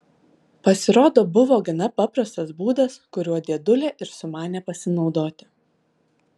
pasirodo buvo gana paprastas būdas kuriuo dėdulė ir sumanė pasinaudoti